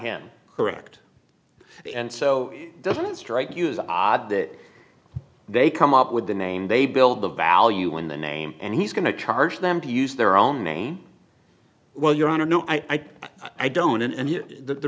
him correct and so it doesn't strike you as odd that they come up with the name they build the value in the name and he's going to charge them to use their own name well your honor no i don't and